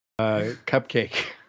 cupcake